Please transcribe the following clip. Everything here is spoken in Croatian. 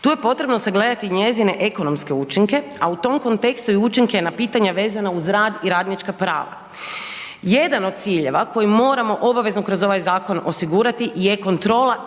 Tu je potrebno sagledati njezine ekonomske učinke, a u tom kontekstu i učinke na pitanja vezana uz rad i radnička prava. Jedan od ciljeva koji moramo obavezno kroz ovaj zakon osigurati je kontrola